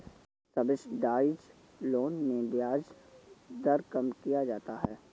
subsidised loan में ब्याज दर कम किया जाता है